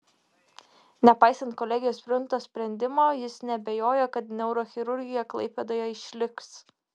nepaisant kolegijos priimto sprendimo jis neabejoja kad neurochirurgija klaipėdoje išliks